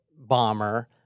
bomber